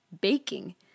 baking